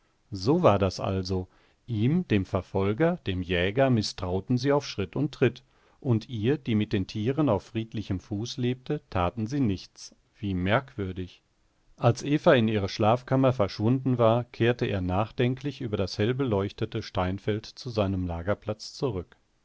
so war das also ihm dem verfolger dem jäger mißtrauten sie auf schritt und tritt und ihr die mit den tieren auf friedlichem fuß lebte taten sie nichts wie merkwürdig als eva in ihre schlafkammer verschwunden war kehrte er nachdenklich über das hellbeleuchtete steinfeld zu seinem lagerplatz zurück